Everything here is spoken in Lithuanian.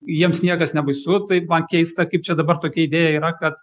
jiems niekas nebaisu tai man keista kaip čia dabar tokia idėja yra kad